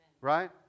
right